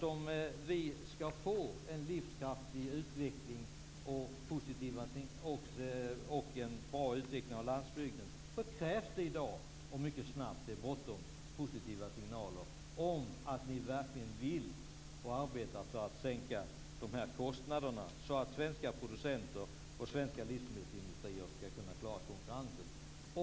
Om vi skall få en livskraftig utveckling och en bra utveckling av landsbygden krävs det i dag mycket snabbt - det är bråttom - positiva signaler om att ni verkligen arbetar för att sänka dessa kostnader, så att svenska producenter och svenska livsmedelsindustrier skall kunna klara konkurrensen.